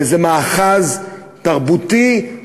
וזה מאחז תרבותי,